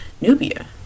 Nubia